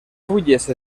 fulles